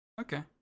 Okay